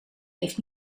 heeft